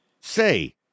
say